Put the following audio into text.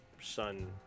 son